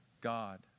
God